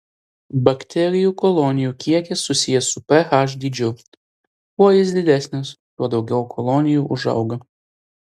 bakterijų kolonijų kiekis susijęs su ph dydžiu kuo jis didesnis tuo daugiau kolonijų užauga